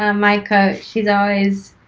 um my coach, she's always